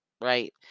right